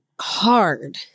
hard